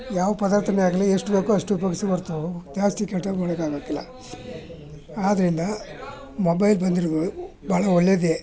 ಯಾವ ಪದಾರ್ಥವೇ ಆಗಲಿ ಎಷ್ಟು ಬೇಕೋ ಅಷ್ಟು ಉಪಯೋಗಿಸಬೇಕೇ ಹೊರ್ತು ಜಾಸ್ತಿ ಕೆಟ್ಟದು ಮಾಡೋಕ್ಕಾಗಕ್ಕಿಲ್ಲ ಆದ್ದರಿಂದ ಮೊಬೈಲ್ ಬಂದಿರೋದು ಭಾಳ ಒಳ್ಳೆಯದೆ